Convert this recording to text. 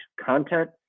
content